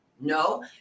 no